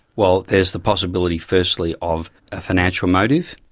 well, there's the possibility, firstly, of a financial motive,